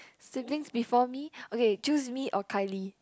siblings before me okay choose me or Kylie